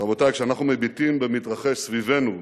רבותי, כשאנחנו מביטים במתרחש סביבנו,